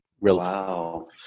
Wow